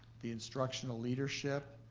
the instructional leadership,